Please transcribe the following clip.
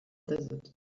desert